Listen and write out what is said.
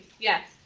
Yes